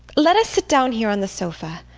let us sit down here on the sofa.